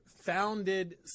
founded